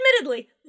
admittedly